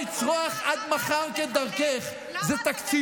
חס וחלילה, מה זה קשור?